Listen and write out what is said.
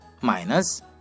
minus